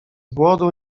głodu